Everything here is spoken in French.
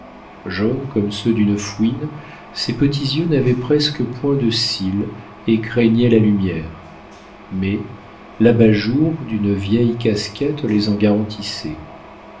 jaunes comme ceux d'une fouine ses petits yeux n'avaient presque point de cils et craignaient la lumière mais l'abat-jour d'une vieille casquette les en